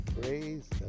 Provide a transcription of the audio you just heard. Praise